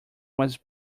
was